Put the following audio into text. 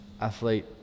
athlete